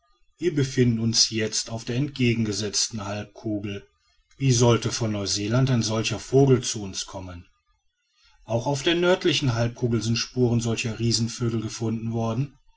wir befinden uns jetzt auf der entgegengesetzten halbkugel wie sollte von neuseeland ein solcher vogel zu uns kommen auch auf der nördlichen halbkugel sind spuren solcher riesenvögel gefunden worden